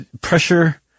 pressure